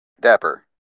Dapper